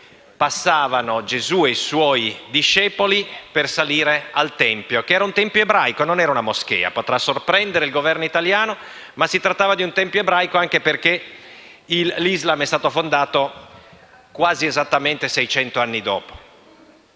quali passavano Gesù e i suoi discepoli per salire al Tempio, che era un tempio ebraico e non una moschea. Potrà sorprendere il Governo italiano, ma si trattava di un tempio ebraico, anche perché l'Islam è stato fondato quasi esattamente seicento anni dopo.